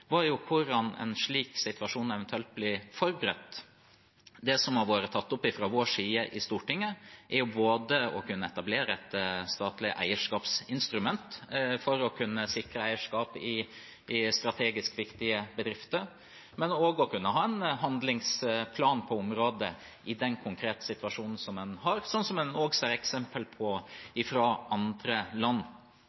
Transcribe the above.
hvordan en slik situasjon eventuelt blir forberedt. Det som har vært tatt opp fra vår side i Stortinget, er både å kunne etablere et statlig eierskapsinstrument for å kunne sikre eierskap i strategisk viktige bedrifter og å kunne ha en handlingsplan på området i den konkrete situasjonen man er i, noe man også ser eksempler på